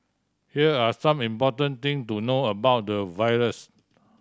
here are some important thing to know about the virus